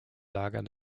lager